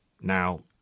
Now